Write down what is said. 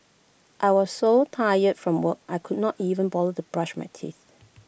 I was so tired from work I could not even bother to brush my teeth